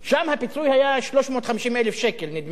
נדמה לי ששם הפיצוי היה 350,000 שקל, נדמה לי,